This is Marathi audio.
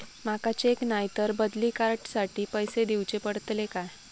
माका चेक नाय तर बदली कार्ड साठी पैसे दीवचे पडतले काय?